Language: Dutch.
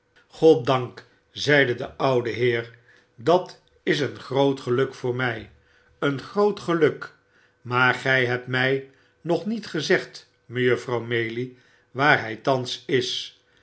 goddank zeide de oude heer dat is een groot geluk voor mij een groot geluk maar gij hebt mij nog niet gezegd me u frouw maylie waar hij thans is